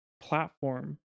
platform